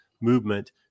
movement